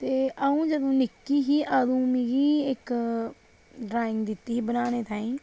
ते अ'ऊं जदूं निक्की ही अदूं मिकी ड्रांइिग दित्ती ही बनाने ताईं